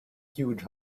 huge